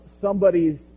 somebody's